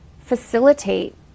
facilitate